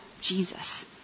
Jesus